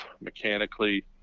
mechanically